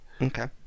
Okay